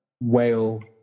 whale